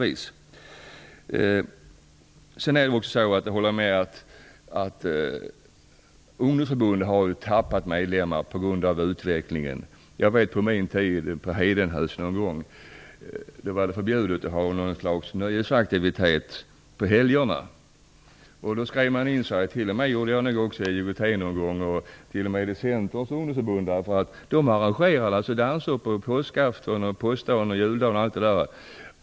Jag håller med om att ungdomsförbunden har tappat medlemmar till följd av utvecklingen. På min tid - någon gång på Hedenhös tid - var det förbjudet att ha något slags nöjesaktivitet på helger. Därför skrev man in sig i IOGT, och det gjorde nog också jag, och t.o.m. i Centerns ungdomsförbund som arrangerade danser på påskafton, påskdagen, juldagen etc.